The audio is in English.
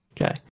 Okay